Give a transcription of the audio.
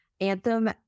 Anthem